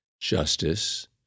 justice